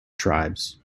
tribes